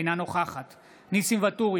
אינה נוכחת ניסים ואטורי,